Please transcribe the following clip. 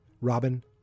Robin